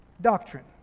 doctrine